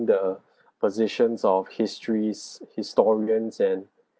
the positions of history's historians and